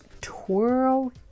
Twirl